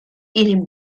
ilin